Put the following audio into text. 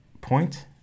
point